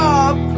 up